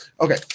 Okay